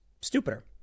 stupider